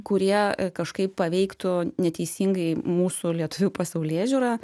kurie kažkaip paveiktų neteisingai mūsų lietuvių pasaulėžiūrą